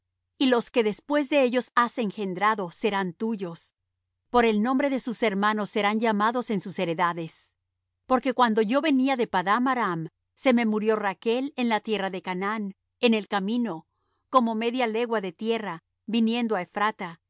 y los que después de ellos has engendrado serán tuyos por el nombre de sus hermanos serán llamados en sus heredades porque cuando yo venía de padan aram se me murió rachl en la tierra de canaán en el camino como media legua de tierra viniendo á